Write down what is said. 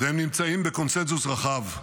והם נמצאים בקונסנזוס רחב: